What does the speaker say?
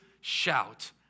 shout